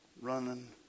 running